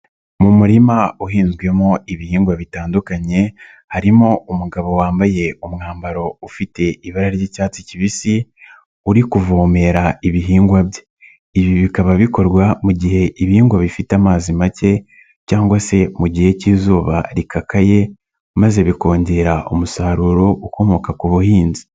Mu murima uhinzwemo ibihingwa bitandukanye harimo umugabo wambaye umwambaro ufite ibara ry'icyatsi kibisi uri kuvomera ibihingwa bye, ibi bikaba bikorwa mu gihe ibihingwa bifite amazi make cyangwa se mu gihe k'izuba rikakaye maze bikongera umusaruro ukomoka ku buhinzi.